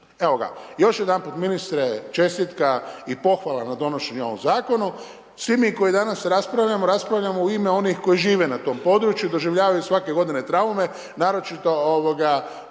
Evo ga, još jedanput ministre čestitka i pohvala na donošenju ovog zakona. Svi mi koji danas raspravljamo raspravljamo u ime onih koji žive na tom području i doživljavaju svake godine traume, naročito kolegica